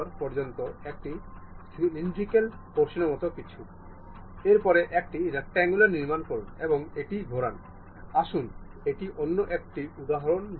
এই মোটর বিকল্পে এটি এমন একটি উপাদানের জন্য জিজ্ঞাসা করে যা একটি মোটর দ্বারা কাজ করা হলে এটি ঘোরানো উচিত